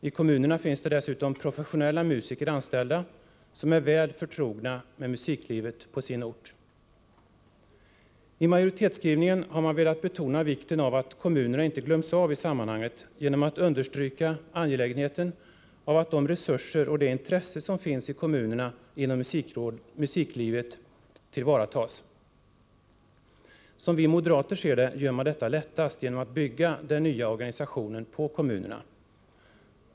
I kommunerna finns det dessutom professionella musiker anställda, som är väl förtrogna med musiklivet på sin ort. I majoritetsskrivningen har man velat betona vikten av att kommunerna inte glöms av i sammanhanget genom att understryka angelägenheten av att de resurser och det intresse som finns i kommunerna inom musiklivet tillvaratas. Som vi moderater ser det, gör man detta lättast genom att bygga den nya organisationen på kommunerna.